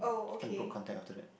kind of broke contact after that